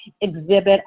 exhibit